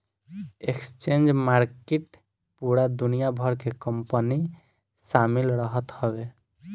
exchange market पूरा दुनिया भर के कंपनी शामिल रहत हवे